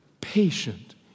Patient